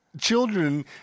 children